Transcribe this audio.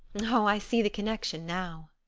oh i see the connection now!